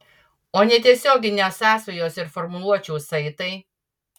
o netiesioginės sąsajos ir formuluočių saitai